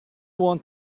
want